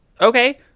okay